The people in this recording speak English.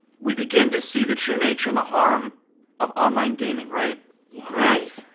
we begin to see the true nature and the harm of online gaming, right? yeah. right.